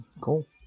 cool